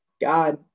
God